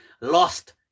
lost